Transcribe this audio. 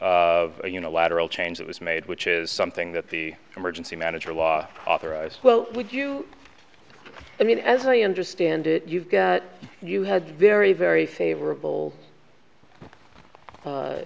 of a unilateral change that was made which is something that the emergency manager law authorized well would you i mean as i understand it you've got you had very very favorable